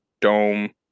dome